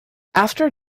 after